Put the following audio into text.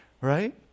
right